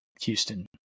Houston